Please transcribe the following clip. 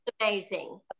Amazing